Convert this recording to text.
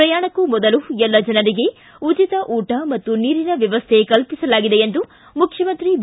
ಪ್ರಯಾಣಕ್ಕೂ ಮೊದಲು ಎಲ್ಲ ಜನರಿಗೆ ಉಚಿತ ಊಟ ಮತ್ತು ನೀರಿನ ವ್ಯವಸ್ಥೆ ಕಲ್ಲಿಸಲಾಗಿದೆ ಎಂದು ಮುಖ್ಯಮಂತ್ರಿ ಬಿ